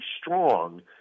strong